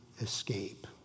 escape